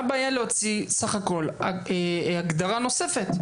מה הבעיה להוציא הגדרה נוספת?